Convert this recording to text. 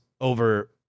over